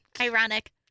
ironic